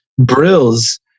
Brills